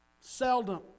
Seldom